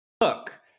look